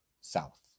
south